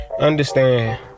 understand